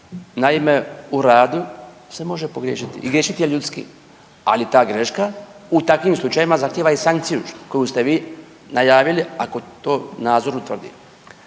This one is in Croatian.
Naime u radu se može pogriješiti i griješiti je ljudski. Ali ta greška u takvim slučajevima zahtjeva i sankciju koju ste vi najavili ako to nadzor utvrdi.